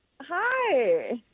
Hi